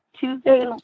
Tuesday